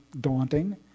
daunting